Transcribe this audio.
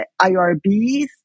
IRBs